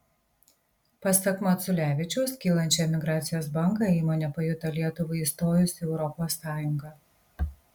pasak maculevičiaus kylančią emigracijos bangą įmonė pajuto lietuvai įstojus į europos sąjungą